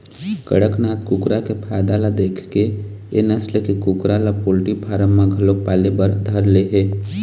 कड़कनाथ कुकरा के फायदा ल देखके ए नसल के कुकरा ल पोल्टी फारम म घलोक पाले बर धर ले हे